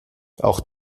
auch